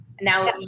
Now